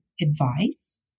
advice